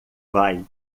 vai